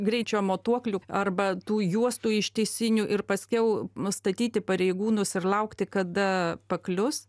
greičio matuoklių arba tų juostų ištisinių ir paskiau nustatyti pareigūnus ir laukti kada paklius